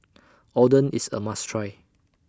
Oden IS A must Try